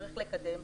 צריך לקדם,